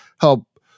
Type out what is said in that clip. help